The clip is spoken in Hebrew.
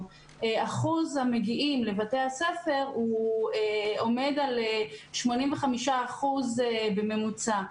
שאחוז המגיעים לבתי הספר עומד על 85% בממוצע,